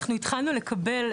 אנחנו התחלנו לקבל,